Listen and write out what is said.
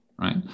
right